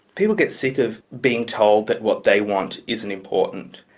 people get sick of being told that what they want isn't important,